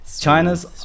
China's